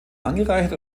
angereichert